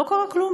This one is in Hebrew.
לא קרה כלום.